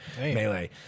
Melee